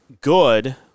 good